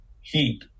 heat